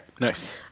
Nice